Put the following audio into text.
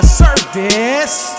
service